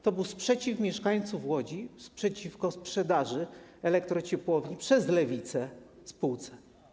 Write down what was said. To był sprzeciw mieszkańców Łodzi wobec sprzedaży elektrociepłowni przez lewicę spółce.